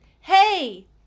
Hey